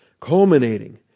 culminating